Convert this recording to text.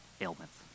ailments